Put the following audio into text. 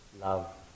love